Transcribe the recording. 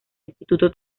instituto